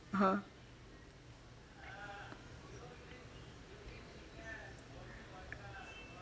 (uh huh)